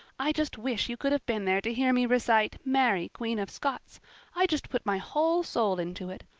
i just wish you could have been there to hear me recite mary, queen of scots i just put my whole soul into it.